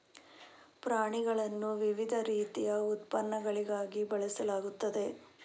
ಪ್ರಾಣಿಗಳನ್ನು ವಿವಿಧ ರೀತಿಯ ಉತ್ಪನ್ನಗಳಿಗಾಗಿ ಬೆಳೆಸಲಾಗುತ್ತದೆ